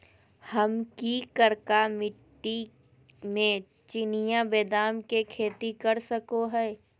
हम की करका मिट्टी में चिनिया बेदाम के खेती कर सको है?